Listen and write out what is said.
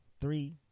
three